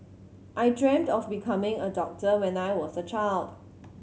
I dreamt of becoming a doctor when I was a child